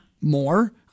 more